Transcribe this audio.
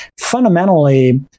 Fundamentally